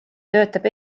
töötab